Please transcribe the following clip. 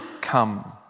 come